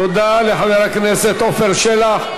תודה לחבר הכנסת עפר שלח.